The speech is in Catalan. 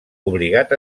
obligat